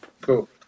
cool